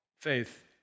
faith